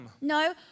No